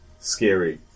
scary